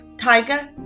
Tiger